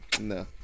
No